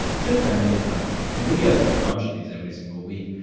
it just randomly dies. and we get a bunch of these every single week.